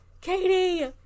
katie